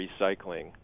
recycling